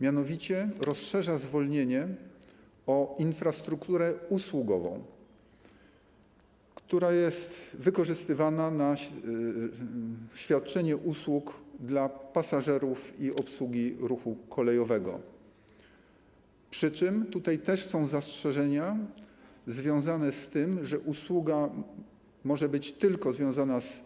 Mianowicie rozszerza zwolnienie, jeśli chodzi o infrastrukturę usługową wykorzystywaną na świadczenie usług dla pasażerów i obsługi ruchu kolejowego, przy czym są też zastrzeżenia związane z tym, że usługa może być związana tylko z